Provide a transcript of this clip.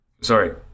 sorry